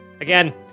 Again